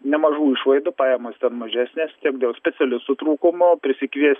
nemažų išlaidų pajamos ten mažesnės tiek dėl specialistų trūkumo prisikviest